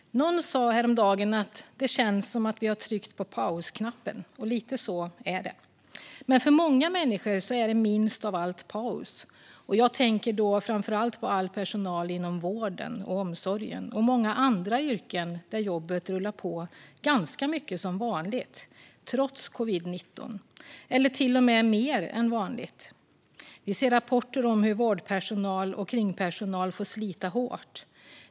Fru talman! Någon sa häromdagen att det känns som att vi har tryckt på pausknappen, och lite så är det. Men för många människor är det minst av allt paus. Jag tänker då framför allt på all personal inom vården och omsorgen och många andra yrken där jobbet rullar på ganska mycket som vanligt, trots covid-19, eller till och med mer än vanligt. Vi ser rapporter om hur vårdpersonal och kringpersonal får slita hårt.